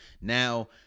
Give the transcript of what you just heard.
Now